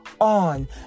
on